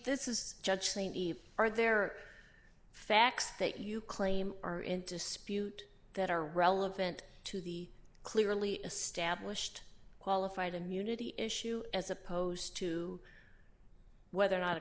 this is judge we are there facts that you claim are in dispute that are relevant to the clearly established qualified immunity issue as opposed to whether or not a